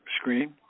screen